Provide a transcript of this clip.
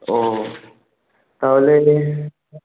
ও তাহলে এই